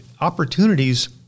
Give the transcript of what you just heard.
opportunities